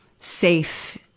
safe